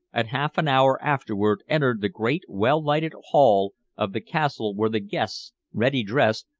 and half an hour afterward entered the great well-lighted hall of the castle where the guests, ready dressed,